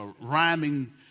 rhyming